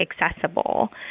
accessible